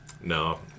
No